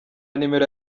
nimero